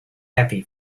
happy